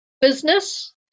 business